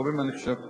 חבר הכנסת אורלב,